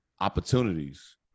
opportunities